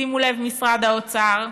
שימו לב, משרד האוצר,